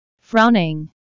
Frowning